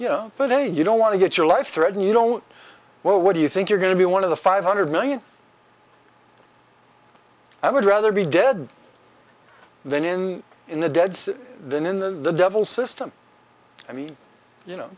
know but they you don't want to get your life threatened you know well what do you think you're going to be one of the five hundred million i would rather be dead than in in the dead than in the devil system i mean you know